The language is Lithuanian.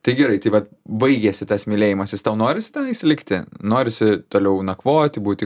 tai gerai tai vat baigėsi tas mylėjimasis tau norisi tenais likti norisi toliau nakvoti būti